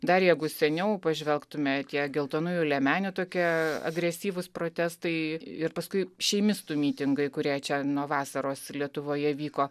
dar jeigu seniau pažvelgtume tie geltonųjų liemenių tokie agresyvūs protestai ir paskui šeimistų mitingai kurie čia nuo vasaros lietuvoje vyko